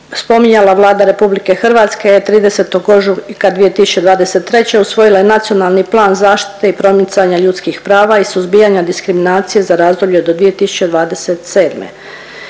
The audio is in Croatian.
spominjala Vlada RH je 30. ožujka 2023. usvojila i Nacionalni plan zaštite i promicanja ljudskih prava i suzbijanja diskriminacije za razdoblje do 2027.,